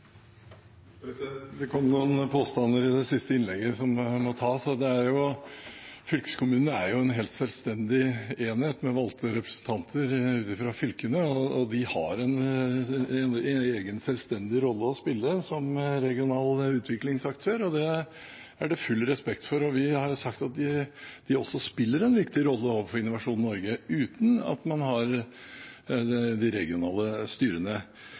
siste innlegget som må kommenteres. Fylkeskommunen er en helt selvstendig enhet, med valgte representanter fra fylkene, og har en egen, selvstendig rolle å spille som regional utviklingsaktør. Det er det full respekt for. Vi har sagt at de også spiller en viktig rolle overfor Innovasjon Norge, uten at man har de regionale styrene.